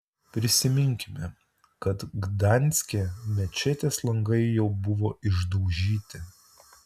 prisiminkime kad gdanske mečetės langai jau buvo išdaužyti